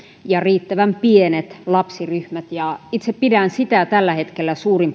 ja riittävän pienet lapsiryhmät itse pidän sitä tällä hetkellä suurimpana